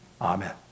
Amen